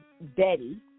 Betty